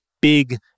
big